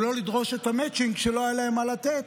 ולא לדרוש את המצ'ינג כשלא היה להם מה לתת,